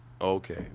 Okay